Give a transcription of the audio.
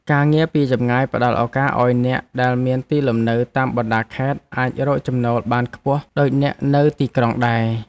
ការងារពីចម្ងាយផ្តល់ឱកាសឱ្យអ្នកដែលមានទីលំនៅតាមបណ្តាខេត្តអាចរកចំណូលបានខ្ពស់ដូចអ្នកនៅទីក្រុងដែរ។